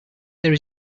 there